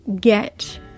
get